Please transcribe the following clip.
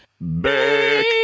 back